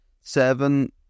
seven